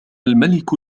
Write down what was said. الملك